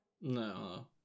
No